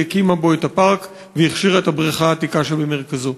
הקימה בו את הפארק והכשירה את הבריכה העתיקה שבמרכזו.